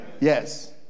Yes